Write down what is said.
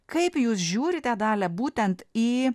kaip jūs žiūrite dalia būtent į